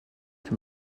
plus